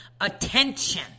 attention